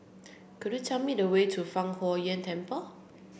could you tell me the way to Fang Huo Yuan Temple